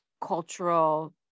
cultural